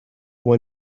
one